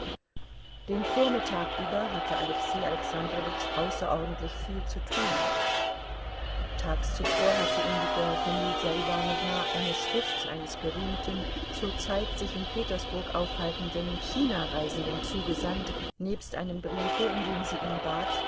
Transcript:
den vormittag über hatte alexei alexandrowitsch außerordentlich viel zu tun tags zuvor hatte ihm die gräfin lydia iwanowna eine schrift eines berühmten zur zeit sich in petersburg aufhaltenden chinareisenden zugesandt nebst einem briefe in dem sie ihn bat